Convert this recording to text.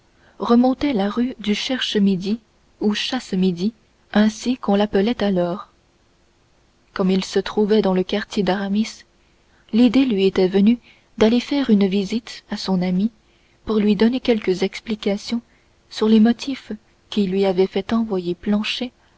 remontait la rue du cherche-midi ou chasse midi ainsi qu'on l'appelait alors comme il se trouvait dans le quartier d'aramis l'idée lui était venue d'aller faire une visite à son ami pour lui donner quelques explications sur les motifs qui lui avaient fait envoyer planchet